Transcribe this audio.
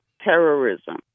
terrorism